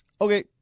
Okay